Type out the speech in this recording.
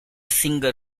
singer